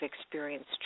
experienced